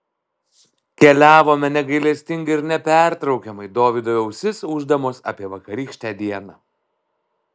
keliavome negailestingai ir nepertraukiamai dovydui ausis ūždamos apie vakarykštę dieną